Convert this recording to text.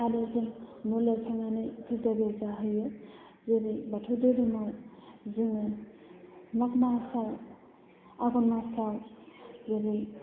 आरो जों न' लिरखांनानै फुजा बेजा होयो जेरै बाथौ धोरोमाव जोङो मागो मासाव आघन मासाव जेरै